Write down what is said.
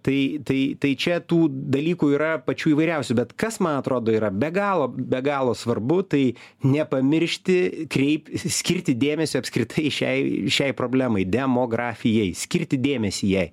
tai tai tai čia tų dalykų yra pačių įvairiausių bet kas man atrodo yra be galo be galo svarbu tai nepamiršti kreip skirti dėmesio apskritai šiai šiai problemai demografijai skirti dėmesį jai